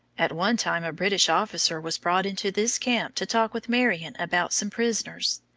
at one time a british officer was brought into this camp to talk with marion about some prisoners.